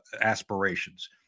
aspirations